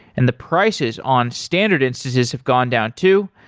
and the prices on standard instances have gone down too.